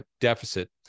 deficit